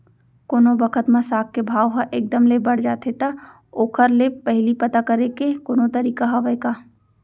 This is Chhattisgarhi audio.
कोनो बखत म साग के भाव ह एक दम ले बढ़ जाथे त ओखर ले पहिली पता करे के कोनो तरीका हवय का?